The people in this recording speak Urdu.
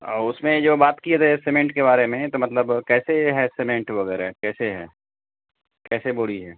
اس میں جو بات کیے تھے سیمنٹ کے بارے میں تو مطلب کیسے ہے سیمنٹ وغیرہ کیسے ہے کیسے بوری ہے